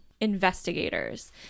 investigators